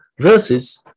versus